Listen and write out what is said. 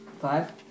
Five